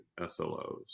SLOs